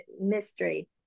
mystery